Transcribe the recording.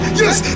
yes